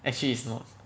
actually it's not